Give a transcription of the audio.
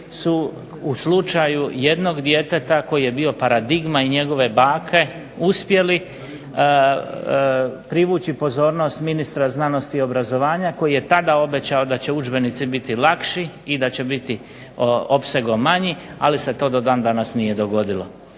su u slučaju jednog djeteta koji je bio paradigma i njegove bake uspjeli privući pozornost ministra znanosti i obrazovanja koji je tada obećao da će udžbenici biti lakši i da će biti opsegom manji. Ali se to do dan danas nije dogodilo.